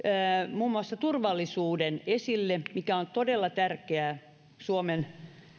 muun muassa turvallisuuden joka on todella tärkeää suomen